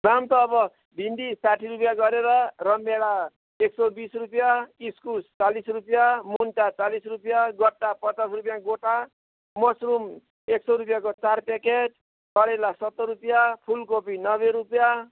दाम त अब भेन्डी साठी रुपियाँ गरेर रमभेँडा एक सय बिस रुपियाँ इस्कुस चालिस रुपियाँ मुन्टा चालिस रुपियाँ गट्टा पचास रुपियाँ गोटा मसरुम एक सय रुपियाँको चार प्याकेट करेला सत्तर रुपियाँ फुलकोपी नब्बे रुपियाँ